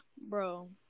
bro